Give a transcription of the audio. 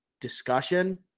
discussion